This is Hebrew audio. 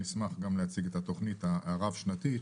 נשמח גם להציג את התוכנית הרב שנתית,